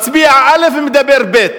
מצביע א' ומדבר ב'.